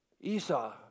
Esau